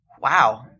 wow